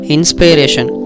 Inspiration